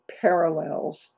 parallels